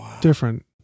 Different